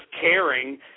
caring